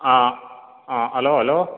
ആ ആ hello hello